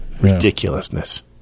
ridiculousness